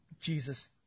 Jesus